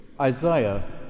Isaiah